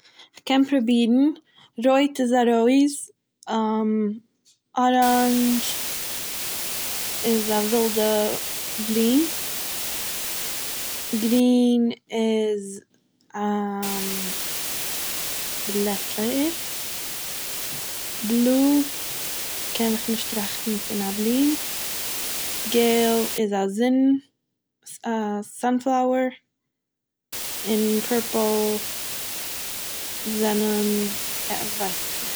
כ'קען פראבירן רויט איז א רויז, אראנדש... איז א ווילדע בלום, גרין איז... בלעטער, בלוי קען איך נישט טראכטן פון א בלום, געל איז א זון א סאן פלאווער, און פערפל זענען... ק ווייס איך נישט.